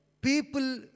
people